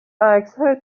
عکسهای